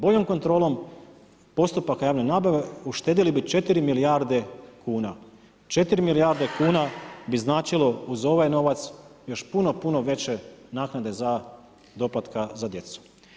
Boljom kontrolom postupaka javne nabave uštedili bi 4 milijarde kuna, 4 milijarde kuna bi značilo uz ovaj novac još puno veće naknade doplatka za djecu.